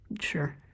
Sure